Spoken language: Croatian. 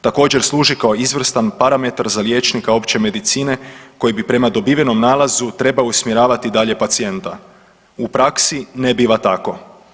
Također služi kao izvrstan parametar za liječnika opće medicine koji bi prema dobivenom nalazu trebao usmjeravati dalje pacijenta, u praksi ne biva tako.